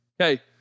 Okay